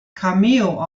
cameo